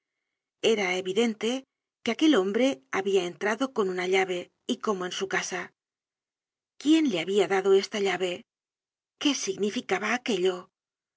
era evidente que aquel hombre habia entrado con una llave y como en su casa quién le habia dado esta llave qué significaba aquello a